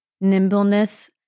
nimbleness